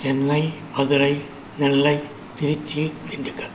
Chennai Madurai Nellai Tiruchi Dindigul